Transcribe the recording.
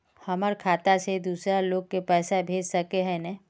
हमर खाता से दूसरा लोग के पैसा भेज सके है ने?